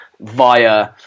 via